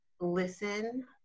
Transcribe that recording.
listen